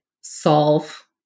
solve